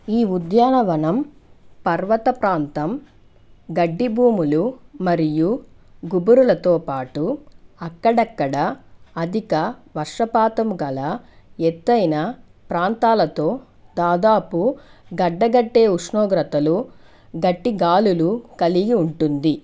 ఈ ఉద్యానవనం పర్వత ప్రాంతం గడ్డి భూములు మరియు గుబురులతో పాటు అక్కడక్కడా అధిక వర్షపాతంగల ఎత్తైన ప్రాంతాలతో దాదాపు గడ్డకట్టే ఉష్ణోగ్రతలు గట్టి గాలులు కలిగి ఉంటుంది